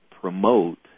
promote